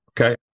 okay